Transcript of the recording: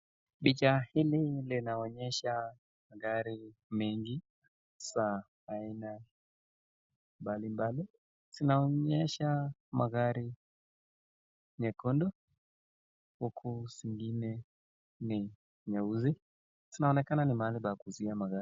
Picha hili linaonyesha magari mengi sana aina mbalimbali zinaonyesha magari nyekundu, huku zingine ni nyeusi, zinaonekana hapa ni mahali pa kuuzia magari.